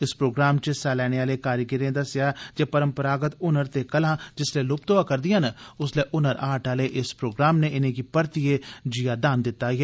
इस प्रोग्राम च हिस्सा लैने आले कारीगरें दस्सेआ जे परमपरागत हुनर ते कलां जिसलै लुप्त होआरदियां न उसलै हुनर हाट आले इस प्रोग्राम नै इनेंगी परतियै जीआदान दिता ऐ